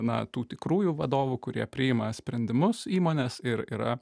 na tų tikrųjų vadovų kurie priima sprendimus įmonės ir yra